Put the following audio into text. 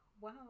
wow